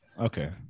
Okay